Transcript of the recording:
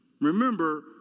Remember